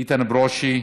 איתן ברושי,